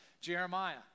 Jeremiah